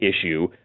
issue